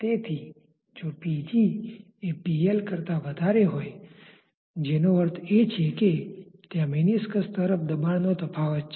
તેથી જો Pg એ Pl કરતા વધારે હોય જેનો અર્થ એ છે કે ત્યાં મેનિસકસ તરફ દબાણનો તફાવત છે